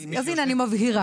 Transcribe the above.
אז הנה, אני מבהירה.